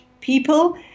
people